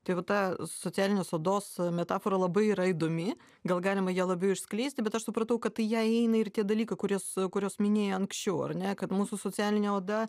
tai va ta socialinės odos metafora labai yra įdomi gal galima ją labiau išskleisti bet aš supratau kad į ją įeina ir tie dalykai kuries kuriuos minėjai anksčiau ar ne kad mūsų socialinė oda